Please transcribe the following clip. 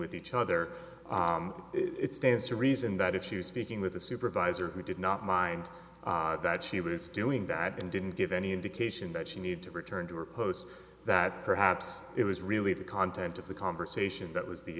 with each other it's stands to reason that if she was speaking with a supervisor who did not mind that she was doing that and didn't give any indication that she needed to return to her post that perhaps it was really the content of the conversation that was the